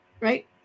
Right